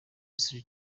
three